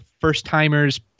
first-timers